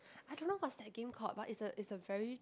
I don't know what's that game called but it's a it's a very